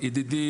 ידידי,